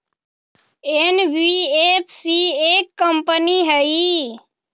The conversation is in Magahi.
एन.बी.एफ.सी एक कंपनी हई?